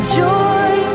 joy